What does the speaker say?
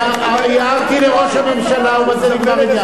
הערתי לראש הממשלה ובזה נגמר העניין.